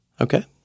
Okay